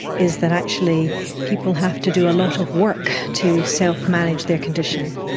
is that actually people have to do a lot of work to self-manage their condition.